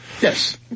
Yes